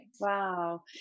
wow